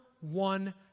one